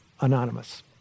Anonymous